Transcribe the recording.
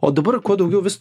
o dabar kuo daugiau vis